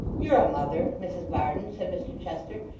you're a mother, mrs varden said mr chester,